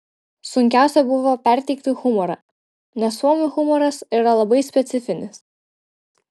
sunkiausia buvo perteikti humorą nes suomių humoras yra labai specifinis